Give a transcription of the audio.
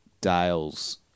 Dale's